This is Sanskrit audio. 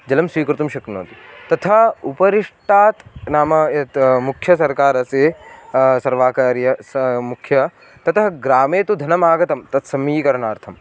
जलं स्वीकर्तुं शक्नुवन्ति तथा उपरिष्टात् नाम यत् मुख्यसर्कारः अस्ति सर्वकारीयः सः मुख्यः ततः ग्रामे तु धनमागतं तत् सम्मीकरणार्थं